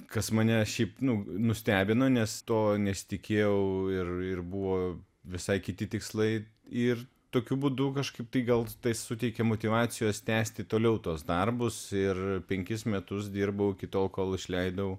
kas mane šiaip nu nustebino nes to nesitikėjau ir buvo visai kiti tikslai ir tokiu būdu kažkaip tai gal tai suteikė motyvacijos tęsti toliau tuos darbus ir penkis metus dirbau iki tol kol išleidau